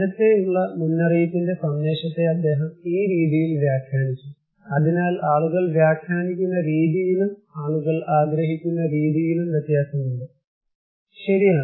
നേരത്തെയുള്ള മുന്നറിയിപ്പിന്റെ സന്ദേശത്തെ അദ്ദേഹം ഈ രീതിയിൽ വ്യാഖ്യാനിച്ചു അതിനാൽ ആളുകൾ വ്യാഖ്യാനിക്കുന്ന രീതിയിലും ആളുകൾ ആഗ്രഹിക്കുന്ന രീതിയിലും വ്യത്യാസമുണ്ട് ശരിയാണ്